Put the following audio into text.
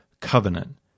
covenant